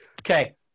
Okay